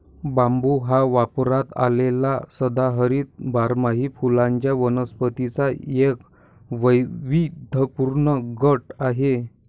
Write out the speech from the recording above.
बांबू हा वापरात असलेल्या सदाहरित बारमाही फुलांच्या वनस्पतींचा एक वैविध्यपूर्ण गट आहे